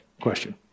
question